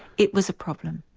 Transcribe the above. it was a problem.